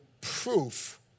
proof